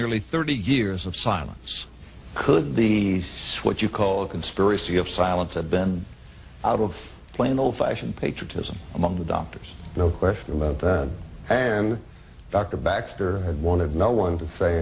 nearly thirty years of silence could be what you call a conspiracy of silence had been out of plain old fashioned patriotism among the doctors no question about that and dr baxter had wanted no one to say